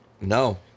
No